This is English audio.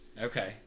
Okay